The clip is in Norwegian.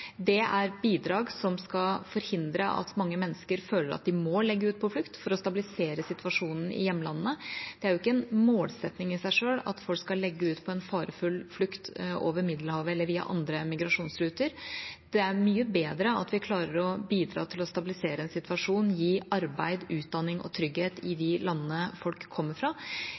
Det er bidrag som skal forhindre at mange mennesker føler at de må legge ut på flukt, for å stabilisere situasjonen i hjemlandene. Det er ikke en målsetning i seg selv at folk skal legge ut på en farefull flukt over Middelhavet eller via andre migrasjonsruter. Det er mye bedre at vi klarer å bidra til å stabilisere en situasjon, gi arbeid, utdanning og trygghet i de landene folk kommer fra.